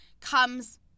comes